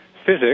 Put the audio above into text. physics